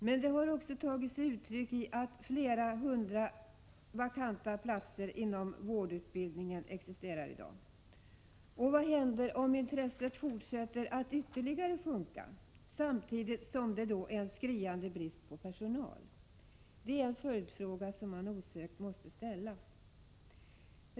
Men detta har också tagit sig uttryck i att flera hundra platser i dag är vakanta inom vårdutbildningen. Vad händer om intresset fortsätter att minska, samtidigt som det råder en skriande brist på personal? Det är en följdfråga som man osökt måste ställa.